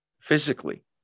physically